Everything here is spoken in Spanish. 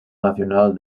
nacional